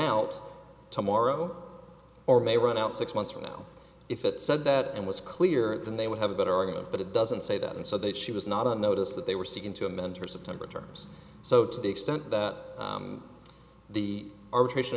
out tomorrow or may run out six months from now if it said that it was clear then they would have a better argument but it doesn't say that and so that she was not on notice that they were seeking to mentor september terms so to the extent that the arbitration